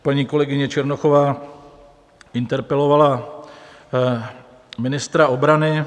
Paní kolegyně Černochová interpelovala ministra obrany.